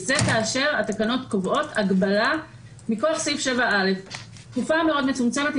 זה כאשר התקנות קובעות הגבלה מכוח סעיף 7א. תקופה מאוד מצומצמת,